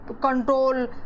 control